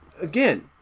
again